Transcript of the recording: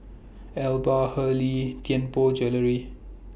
Alba Hurley Tianpo Jewellery